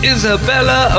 Isabella